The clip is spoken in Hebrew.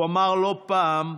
הוא אמר לא פעם: